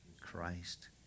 Christ